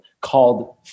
called